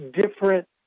different